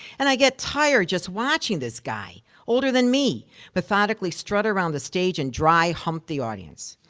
and i get tired just watching this guy older than me methodically strut around the stage and dry hump the audience.